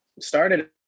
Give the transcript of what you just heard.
started